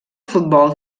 futbol